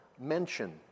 mention